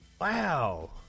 Wow